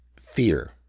fear